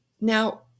Now